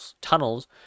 tunnels